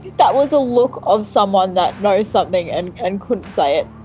that was a look of someone that knows something and and couldn't say it.